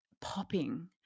popping